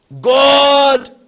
God